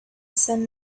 said